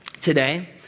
today